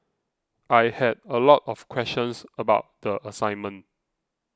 I had a lot of questions about the assignment